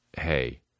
hey